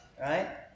Right